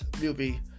movie